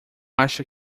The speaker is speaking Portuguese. acha